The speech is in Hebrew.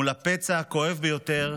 מול הפצע הכואב ביותר